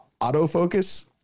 Autofocus